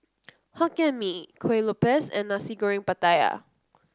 Hokkien Mee Kuih Lopes and Nasi Goreng Pattaya